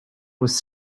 was